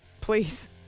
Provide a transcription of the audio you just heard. Please